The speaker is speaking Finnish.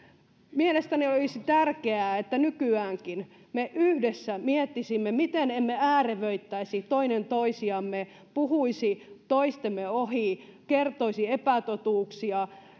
mielestäni olisi tärkeää että nykyäänkin me yhdessä miettisimme miten emme äärevöittäisi toinen toisiamme puhuisi toistemme ohi kertoisi epätotuuksia